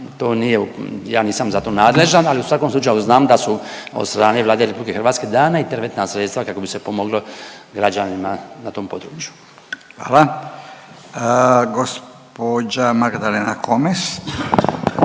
ja nisam za to nadležan, ali u svakom slučaju znam da su od strane Vlade RH dana interventna sredstva kako bi se pomoglo građanima na tom području. **Radin, Furio